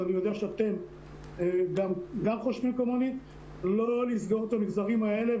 ואני יודע שאתם גם חושבים כמוני - לא לסגור את המגזרים האלה,